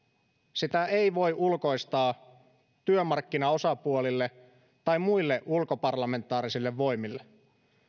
sitä ei voi ulkoistaa työmarkkinaosapuolille tai muille ulkoparlamentaarisille voimille